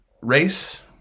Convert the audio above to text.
race